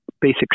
basic